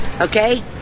okay